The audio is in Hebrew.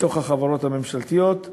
בתוך החברות הממשלתיות.